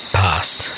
past